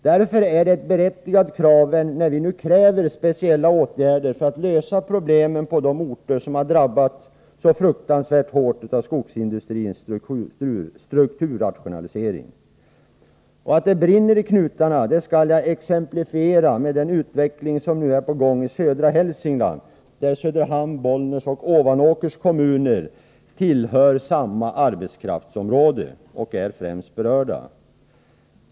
Därför är det berättigat att, som vi nu gör, kräva speciella åtgärder för att lösa problemen på de orter som har drabbats så fruktansvärt hårt av skogsindustrins strukturrationalisering. Att det brinner i knutarna skall jag exemplifiera genom att säga något om den utveckling som nu är på gång i södra Hälsingland — där Söderhamn, Bollnäs och Ovanåkers kommuner, som tillhör samma arbetskraftsområde, är de kommuner som främst berörs.